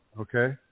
okay